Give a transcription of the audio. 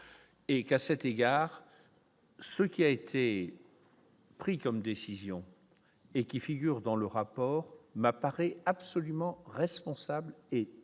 et qu'à cet égard. Ce qui a été. Pris comme décision, et qui figure dans le rapport m'apparaît absolument responsable et nécessaire,